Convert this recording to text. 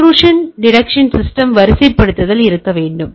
intrusion detection சிஸ்டம்களின் வரிசைப்படுத்தல் இருக்க வேண்டும்